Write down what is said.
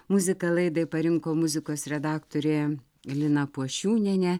muziką laidai parinko muzikos redaktorė lina puošiūnienė